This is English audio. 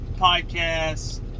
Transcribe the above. podcast